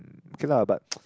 okay lah but